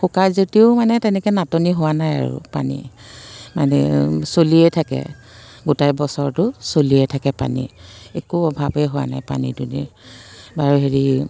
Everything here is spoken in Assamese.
শুকায় যদিও মানে তেনেকৈ নাটনি হোৱা নাই আৰু পানী মানে চলিয়েই থাকে গোটেই বছৰটো চলিয়েই থাকে পানী একো অভাৱেই হোৱা নাই পানী দুনিৰ বাৰু হেৰি